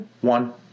One